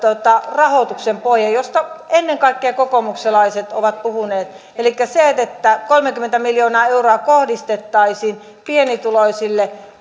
rahoituksen pohja josta ennen kaikkea kokoomuslaiset ovat puhuneet elikkä se että kolmekymmentä miljoonaa euroa kohdistettaisiin pienituloisille